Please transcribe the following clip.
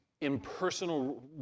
impersonal